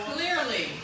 Clearly